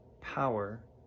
power